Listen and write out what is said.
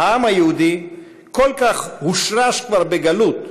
העם היהודי כל כך הושרש כבר בגלות,